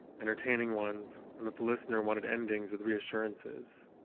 entertaining ones, and that the listener wanted endings with reassurances.